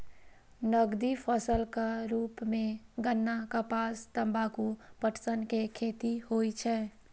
नकदी फसलक रूप मे गन्ना, कपास, तंबाकू, पटसन के खेती होइ छै